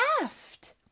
left